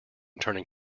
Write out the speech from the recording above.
turning